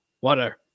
water